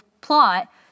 plot